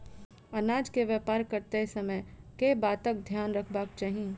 अनाज केँ व्यापार करैत समय केँ बातक ध्यान रखबाक चाहि?